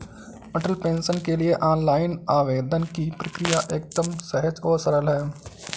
अटल pension के लिए online आवेदन की प्रक्रिया एकदम सहज और सरल है